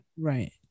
Right